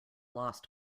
lost